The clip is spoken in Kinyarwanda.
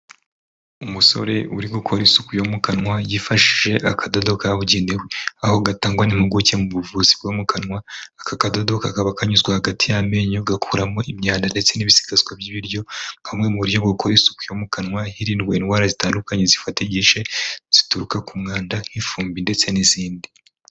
Umusore uri gukora isuku yo mu kanwa yifashishije akadodo kabugenewe, aho gatangwa n'impuguke mu buvuzi bwo mu kanwa. Aka kadodo kakaba kanyuzwe hagati y'amenyo gakuramo imyanda ndetse n'ibisigazwa by'ibiryo, kamwe mu buryo bwo gukora isuku yo mu kanwa hirindwa indwara zitandukanye zifatanyije zituruka ku mwanda nk'ifumbi ndetse n'izindi.